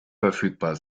verfügbar